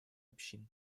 общин